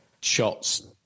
shots